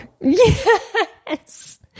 Yes